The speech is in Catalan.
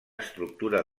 estructura